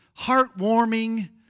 heartwarming